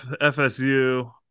FSU